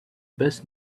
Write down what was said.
best